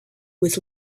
with